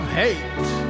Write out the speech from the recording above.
hate